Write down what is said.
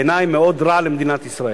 בעיני, מאוד רע למדינת ישראל.